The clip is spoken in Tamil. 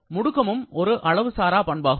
முடுக்கமும் ஒரு அளவு சாரா பண்பாகும்